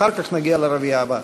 אחר כך נגיע לרביעייה הבאה.